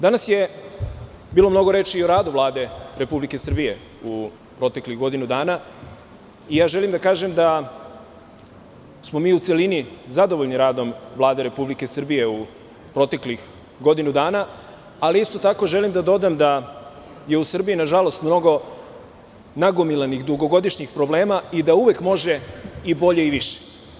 Danas je bilo mnogo reči o radu Vlade Republike Srbije u proteklih godinu dana i želim da kažem da smo mi u celini zadovoljni radom Vlade Republike Srbije u proteklih godinu dana, ali isto tako želim da dodam da je u Srbiji nažalost mnogo nagomilanih dugogodišnjih problema i da uvek može bolje i više.